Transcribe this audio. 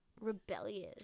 rebellious